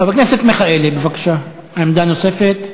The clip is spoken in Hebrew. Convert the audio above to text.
חבר הכנסת מיכאלי, בבקשה, עמדה נוספת.